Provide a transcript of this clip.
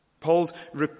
Paul's